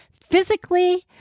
Physically